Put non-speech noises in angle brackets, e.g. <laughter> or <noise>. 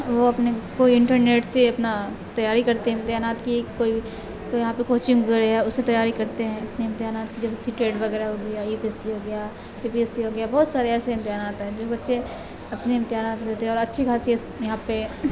وہ اپنے کوئی انٹرنیٹ سے اپنا تیاری کرتے ہیں امتحانات کی کوئی کوئی یہاں پہ کوچنگ <unintelligible> اس کی تیاری کرتے ہیں اپنے امتحانات کی جیسے سیٹیٹ وغیرہ ہو گیا یو پی ایس سی ہو گیا پی پی ایس سی ہو گیا بہت سارے ایسے امتحانات ہیں جو بچے اپنے امتحانات دیتے ہیں اور اچھی خاصی یہاں پہ